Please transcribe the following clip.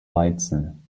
weizen